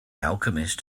alchemist